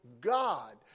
God